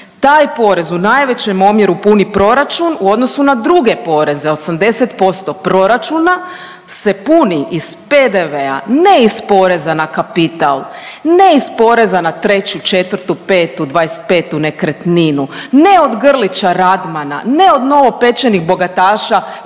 Taj porez u najvećem omjeru puni proračun u odnosu na druge poreze, 80% proračuna se puni iz PDV-a, ne iz poreza na kapital, ne iz poreza na 3., 4. 5., 25. nekretninu, ne od Grlića Radmana, ne od novopečenih bogataša